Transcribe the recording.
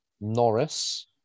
Norris